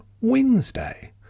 Wednesday